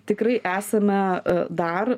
tikrai esame dar